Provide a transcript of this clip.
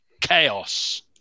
chaos